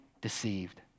deceived